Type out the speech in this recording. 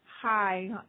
Hi